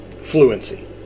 fluency